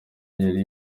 yari